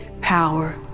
power